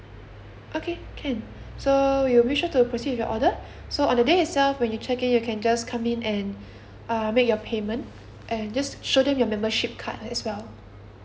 okay can so we'll make sure to proceed your order so on the day itself when you check in you can just come in and uh make your payment and just show them your membership card as well